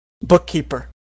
Bookkeeper